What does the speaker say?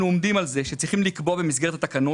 אנחנו עומדים על כך שצריכים לקבוע במסגרת התקנות